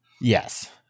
yes